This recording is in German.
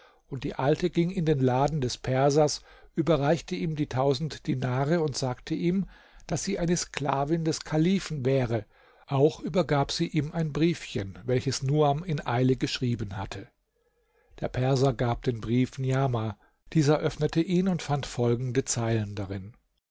und die alte ging in den laden des persers überreichte ihm die tausend dinare und sagte ihm daß sie eine sklavin des kalifen wäre auch übergab sie ihm ein briefchen welches nuam in eile geschrieben hatte der perser gab den brief niamah dieser öffnete ihn und fand folgende zeilen darin